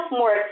more